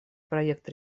проект